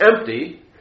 empty